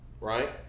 right